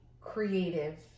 creative